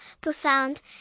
profound